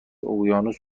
اقیانوس